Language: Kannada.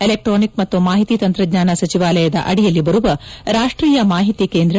ಎಲೆಕ್ಸಾನಿಕ್ ಮತ್ತು ಮಾಹಿತಿ ತಂತ್ರಜ್ಞಾನ ಸಚಿವಾಲಯದ ಅಡಿಯಲ್ಲಿ ಬರುವ ರಾಷ್ಟೀಯ ಮಾಹಿತಿ ಕೇಂದ್ರ